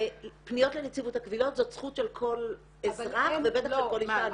ופניות לנציבות הקבילות זאת זכות של כל אזרח ובטח של כל אישה -- מה,